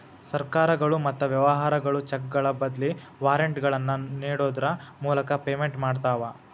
ಸರ್ಕಾರಗಳು ಮತ್ತ ವ್ಯವಹಾರಗಳು ಚೆಕ್ಗಳ ಬದ್ಲಿ ವಾರೆಂಟ್ಗಳನ್ನ ನೇಡೋದ್ರ ಮೂಲಕ ಪೇಮೆಂಟ್ ಮಾಡ್ತವಾ